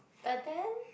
but then